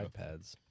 iPads